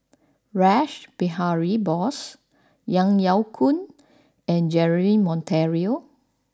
Rash Behari Bose Ang Yau Choon and Jeremy Monteiro